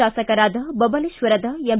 ಶಾಸಕರಾದ ಬಬಲೇಶ್ವರದ ಎಂ